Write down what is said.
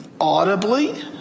audibly